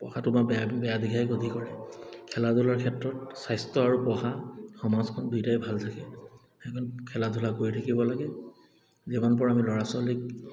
পঢ়াটো বৰ বেয়া বেয়া দিশে গতি কৰে খেলা ধূলাৰ ক্ষেত্ৰত স্বাস্থ্য আৰু পঢ়া সমাজখন দুইটাই ভাল থাকে সেইখন খেলা ধূলা কৰি থাকিব লাগে যিমান পাৰো আমি ল'ৰা ছোৱালীক